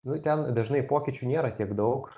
nu ten dažnai pokyčių nėra tiek daug